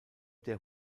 der